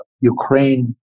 Ukraine